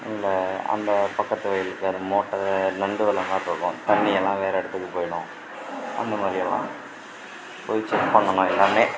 இல்லை அந்த பக்கத்து வயல் இருக்கிற மோட்டுரு நண்டு வலைன்னுதான் சொல்லுவோம் தண்ணியெலாம் வேறு இடத்துக்கு போய்விடும் அந்த மாதிரியலாம் போய் செக் பண்ணணும் எல்லாமே